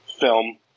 film